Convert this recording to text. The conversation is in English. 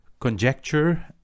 conjecture